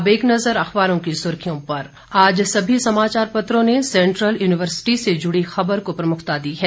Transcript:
अब एक नज़र अखबारों की सुर्खियों पर आज सभी समाचार पत्रों ने सेंट्रल यूनिवर्सिटी से जुड़ी खबर को प्रमुखता दी है